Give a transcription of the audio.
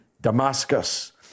Damascus